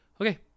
Okay